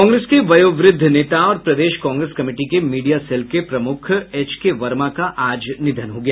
कांग्रेस के वयोवृद्ध नेता और प्रदेश कांग्रेस कमिटी के मीडिया सेल के प्रमुख एचके वर्मा का आज निधन हो गया